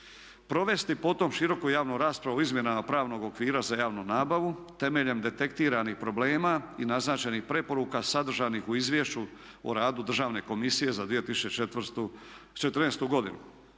Provesti potom široku javnu raspravu o izmjenama pravnog okvira za javnu nabavu temeljem detektiranih problema i naznačenih preporuka sadržanih u Izvješću o radu Državne komisije za 2014. godinu.